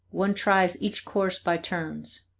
one tries each course by turns.